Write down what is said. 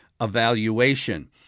evaluation